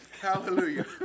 Hallelujah